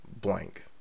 blank